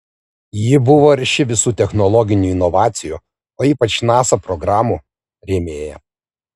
ji buvo arši visų technologinių inovacijų o ypač nasa programų rėmėja